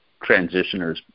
transitioners